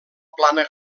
plana